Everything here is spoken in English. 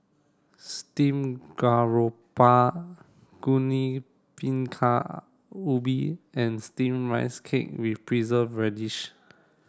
Steam Garoupa Bingka Ubi and steamed rice cake with preserved radish